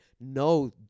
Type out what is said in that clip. no